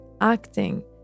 acting